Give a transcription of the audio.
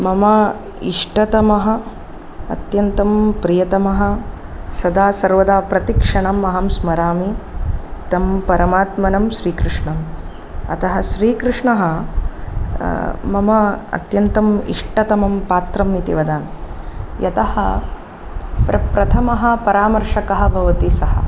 मम इष्टतमः अत्यन्तं प्रियतमः सदा सर्वदा प्रतिक्षणम् अहं स्मरामि तं परमात्मनं श्रीकृष्णम् अतः श्रीकृष्णः मम अत्यन्तम् इष्टतमं पात्रमिति वदामि यतः प्रप्रथमः परामर्षकः भवति सः